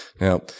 Now